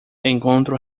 encontro